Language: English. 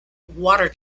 water